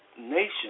nation